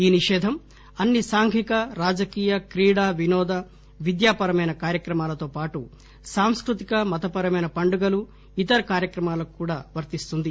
ఈ నిషేధం అన్ని సాంఘిక రాజకీయ క్రీడ వినోద విద్యాపరమైన కార్యక్రమాలతో పాటు సాంస్కృతిక మతపరమైన పండుగలు ఇతర కార్యక్రమాలకు కూడా వర్తిస్తుంది